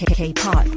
K-pop